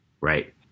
Right